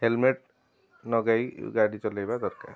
helmet ନଗାଇ ଗାଡ଼ି ଚଲାଇବା ଦରକାର